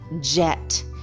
jet